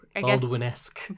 Baldwin-esque